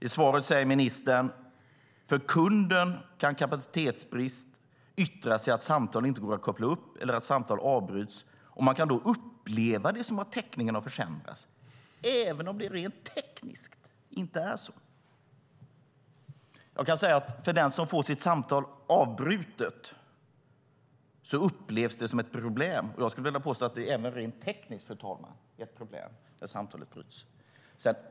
I svaret säger ministern: "För kunden kan kapacitetsbrist yttra sig i att samtal inte går att koppla upp eller att samtal avbryts, och man kan då uppleva det som att täckningen har försämrats, även om det rent tekniskt inte är så." Jag kan säga att för den som får sitt samtal avbrutet upplevs det som ett problem. Jag skulle vilja påstå att det även rent tekniskt, fru talman, är ett problem när samtalet bryts.